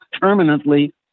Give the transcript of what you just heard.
permanently